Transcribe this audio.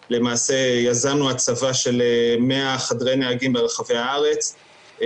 אנחנו למעשה יזמנו הצבה של 100 חדרי נהגים ברחבי הארץ,